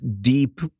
deep